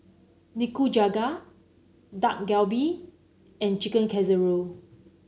Nikujaga Dak Galbi and Chicken Casserole